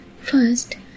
first